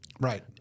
Right